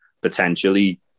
potentially